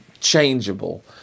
changeable